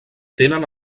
tenen